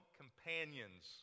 companions